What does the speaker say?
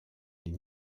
les